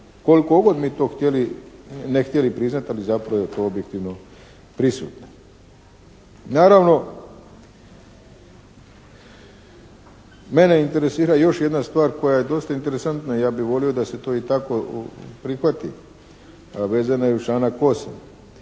Koliko god mi to ne htjeli priznati, ali zapravo je to objektivno prisutna. Naravno mene interesira još jedna stvar koja je dosta interesantna i ja bih volio da se to i tako prihvati, a vezana je uz članak 8.